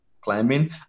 climbing